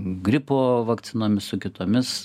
gripo vakcinomis su kitomis